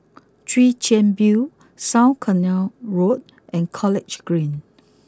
Chwee Chian view South Canal Road and College Green